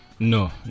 No